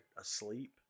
asleep